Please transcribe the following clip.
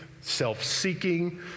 self-seeking